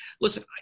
Listen